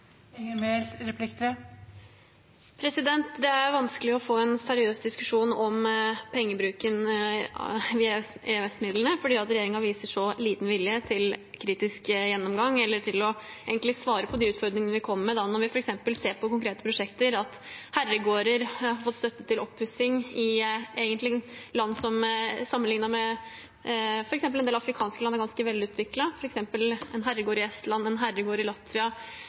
Det er vanskelig å få en seriøs diskusjon om pengebruken via EØS-midlene fordi regjeringen viser så liten vilje til kritisk gjennomgang eller til egentlig å svare på de utfordringene vi kommer med, når vi f.eks. ser på konkrete prosjekter, at herregårder i land som sammenlignet med f.eks. en del afrikanske land, egentlig er ganske velutviklede, har fått støtte til oppussing – f.eks. en herregård i Estland, en herregård i Latvia,